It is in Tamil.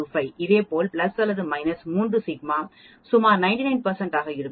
25 இதேபோல் பிளஸ் அல்லது மைனஸ் 3 சிக்மா சுமார் 99 சதவீதமாக இருக்கும்